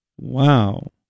Wow